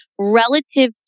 relative